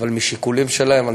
אבל משיקולים שלהם,